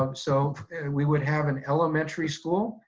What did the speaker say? um so we would have an elementary school,